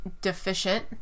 deficient